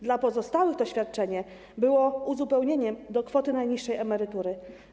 Dla pozostałych to świadczenie było uzupełnieniem do kwoty najniższej emerytury.